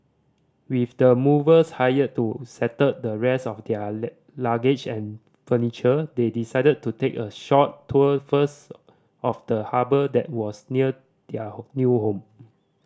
with the movers hired to settle the rest of their luggage and furniture they decided to take a short tour first of the harbour that was near their new home